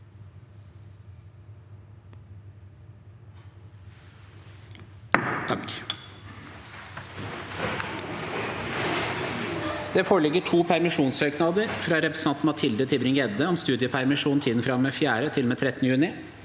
Det foreligger to permi- sjonssøknader: – fra representanten Mathilde Tybring Gjedde om studiepermisjon i tiden fra og med 4. til